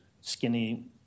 skinny